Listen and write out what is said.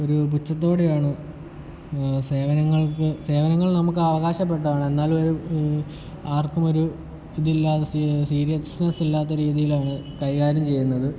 ഒരു പുച്ഛത്തോടെയാണ് സേവനങ്ങൾക്ക് സേവനങ്ങൾ നമുക്ക് അവകാശപ്പെട്ടതാണ് എന്നാലും ആർക്കുമൊരു ഇതില്ലാതെ സീരിയസ്നെസ്സ് ഇല്ലാത്ത രീതിയിലാണ് കൈകാര്യം ചെയ്യുന്നത്